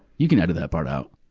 you can edit that part out.